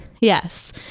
Yes